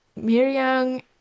Miryang